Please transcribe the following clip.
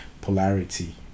polarity